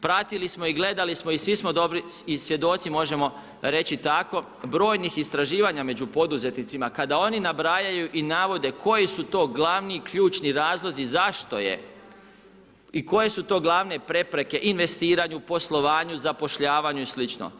Pratili smo i gledali smo i svi smo dobri i svjedoci možemo reći tako brojnih istraživanja među poduzetnicima kada oni nabrajaju i navode koji su to glavni ključni razlozi zašto je i koje su to glavne prepreke investiranju, poslovanju, zapošljavanju i slično.